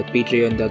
Patreon